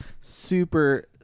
super